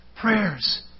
prayers